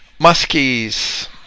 Muskie's